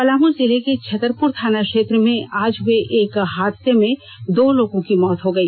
पलामू जिले के छतरपूर थाना क्षेत्र में आज हए एक हादसे में दो लोगों की मौत हो गई